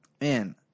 man